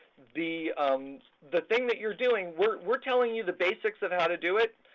the the thing that you're doing, we're we're telling you the basics of how to do it.